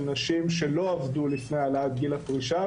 נשים שלא עבדו לפני העלאת גיל הפרישה,